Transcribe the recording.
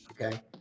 okay